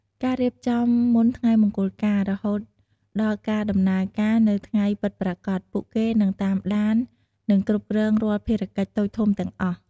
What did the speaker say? ការរៀបចំមុនថ្ងៃមង្គលការ រហូតដល់ការដំណើរការនៅថ្ងៃពិតប្រាកដ ពួកគេនឹងតាមដាន និងគ្រប់គ្រងរាល់កិច្ចការតូចធំទាំងអស់។